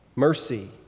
Mercy